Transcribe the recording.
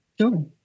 Sure